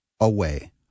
away